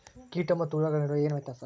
ಕೇಟ ಮತ್ತು ಹುಳುಗಳ ನಡುವೆ ಏನ್ ವ್ಯತ್ಯಾಸ?